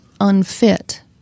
unfit